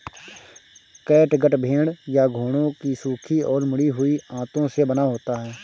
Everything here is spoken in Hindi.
कैटगट भेड़ या घोड़ों की सूखी और मुड़ी हुई आंतों से बना होता है